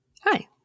Hi